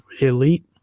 elite